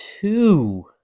two